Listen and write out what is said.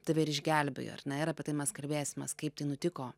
tave ir išgelbėjo ar ne ir apie tai mes kalbėsimės kaip tai nutiko